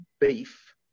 beef